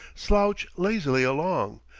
slouch lazily along,